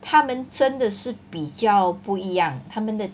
他们真的是比较不一样他们的